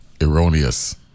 erroneous